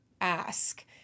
ask